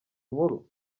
inkuru